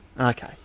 Okay